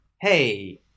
Hey